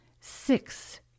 six